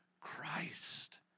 Christ